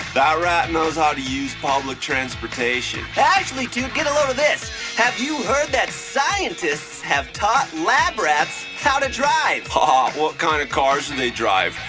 that rat knows how to use public transportation actually, toot, get a load of this have you heard that scientists have taught lab rats how to drive? ah what kind of cars do and they drive?